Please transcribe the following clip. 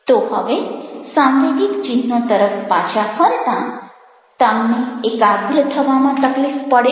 તો હવે સાંવેગિક ચિહ્નો તરફ પાછા ફરતાં તમને એકાગ્ર થવામાં તકલીફ પડે છે